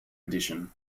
edition